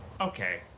Okay